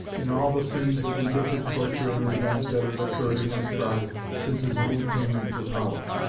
in all the scenes of vindictive torture and revenge that had occurred in his tribe since his own attainment to power.